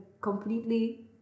completely